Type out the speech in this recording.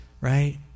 right